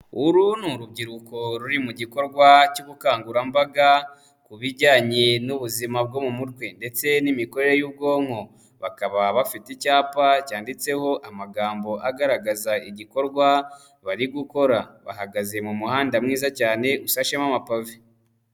Uru ni urubyiruko ruri mu gikorwa cy'ubukangurambaga, ku bijyanye n'ubuzima bwo mu mutwe ndetse n'imikorere y'ubwonko. Bakaba bafite icyapa cyanditseho amagambo agaragaza igikorwa, bari gukora. Bahagaze mu muhanda mwiza cyane, usashemo amapave.